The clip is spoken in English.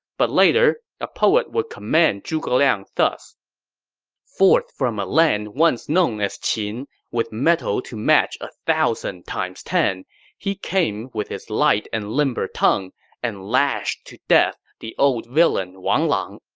but later, a poet would commend zhuge liang thus forth from a land once known as qin with mettle to match a thousand times ten he came with his light and limber tongue and lashed to death the old villain wang lang